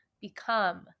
become